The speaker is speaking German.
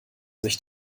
sich